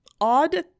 odd